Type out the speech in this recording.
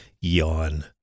Yawn